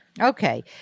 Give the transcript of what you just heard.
Okay